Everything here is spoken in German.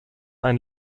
ein